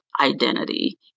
identity